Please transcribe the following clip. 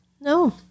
No